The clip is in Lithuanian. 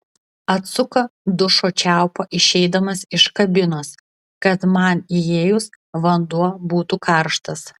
atsuka dušo čiaupą išeidamas iš kabinos kad man įėjus vanduo būtų karštas